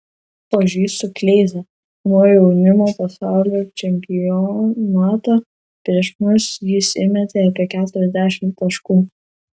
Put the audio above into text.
pažįstu kleizą nuo jaunimo pasaulio čempionato prieš mus jis įmetė apie keturiasdešimt taškų